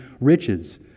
riches